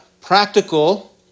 practical